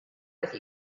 with